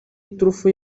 iturufu